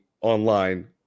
online